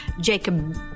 Jacob